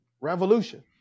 revolution